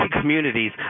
communities